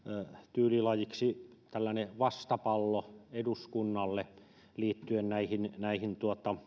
tyylilajiksi tällainen vastapallo eduskunnalle liittyen näihin näihin